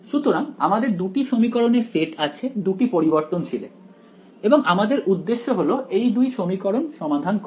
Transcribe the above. সুতরাং আমাদের দুটি সমীকরণের সেট আছে দুটি পরিবর্তনশীল এ এবং আমাদের উদ্দেশ্য হল এই দুই সমীকরণ সমাধান করা